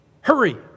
hurry